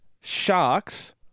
Sharks